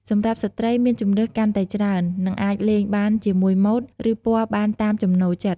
សម្រាប់ស្ត្រីមានជម្រើសកាន់តែច្រើន និងអាចលេងបានជាមួយម៉ូដ ឬពណ៌បានតាមចំណូលចិត្ត។